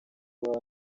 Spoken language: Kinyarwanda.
baba